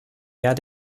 mehr